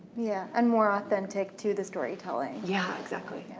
yeah, and more authentic to the story telling. yeah, exactly.